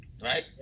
right